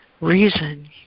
reason